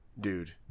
Dude